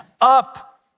up